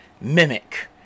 Mimic